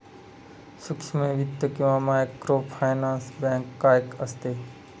सूक्ष्म वित्त किंवा मायक्रोफायनान्स बँक काय असते?